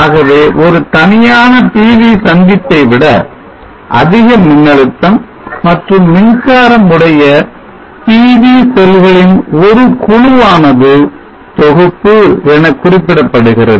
ஆகவே ஒரு தனியான PV சந்திப்பை விட அதிக மின்னழுத்தம் மற்றும் மின்சாரம் உடைய PV செல்களின் ஒரு குழுவானது தொகுப்பு என குறிப்பிடப்படுகிறது